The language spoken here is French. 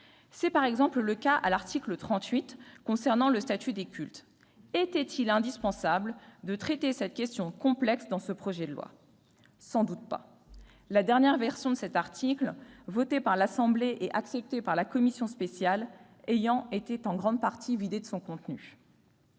C'est, par exemple, le cas de l'article 38 relatif au statut des cultes. Était-il indispensable de traiter cette question complexe dans ce projet de loi ? Sans doute pas ! La dernière version de cet article, adoptée par l'Assemblée nationale et acceptée par la commission spéciale, a été en grande partie vidée de son contenu.